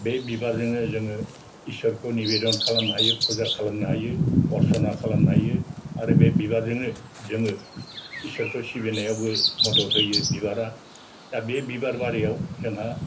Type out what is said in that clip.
बे बिबारजोंनो जोङो इसोरखौ निबेदन खालामनो हायो फुजा खालामनो हायो अरस'ना खालामनो हायो आरो बे बिबारजोंनो जोङो इसोरखौ सिबिनायावबो मदद होयो बिबारा दा बे बिबार बारियाव जोंहा